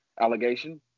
allegation